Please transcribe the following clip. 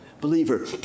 believer